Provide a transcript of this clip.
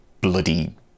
bloody